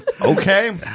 Okay